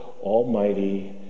Almighty